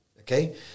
Okay